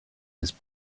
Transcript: his